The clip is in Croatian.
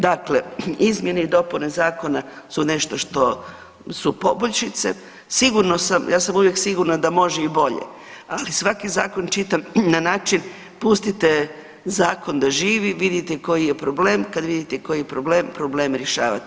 Dakle, izmjene i dopune zakona su nešto što su poboljšice, sigurno sam, ja sam uvijek sigurna da može i bolje, ali svaki zakon čitam na način, pustite zakon da živi, vidite koji je problem, kada vidite koji je problem, problem rješavate.